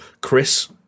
Chris